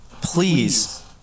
Please